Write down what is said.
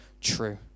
true